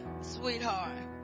sweetheart